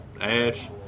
ash